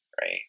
right